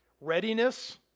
Readiness